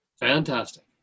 Fantastic